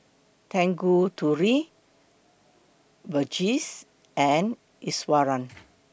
Tanguturi Verghese and Iswaran